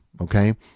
Okay